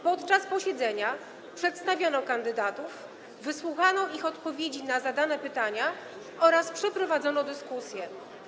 Podczas posiedzenia przedstawiono kandydatów, wysłuchano ich odpowiedzi na zadane pytania oraz przeprowadzono dyskusję.